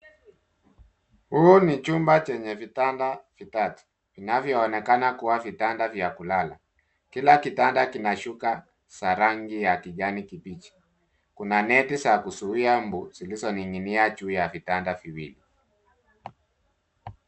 Huu ni chumba chenye vitanda vitatu, vinavyoonekana kua vitanda vya kulala. Kila kitanda kina shuka za rangi ya kijani kibichi. Kuna neti za kuzuia mbu, zilizoning'inia juu ya vitanda viwili.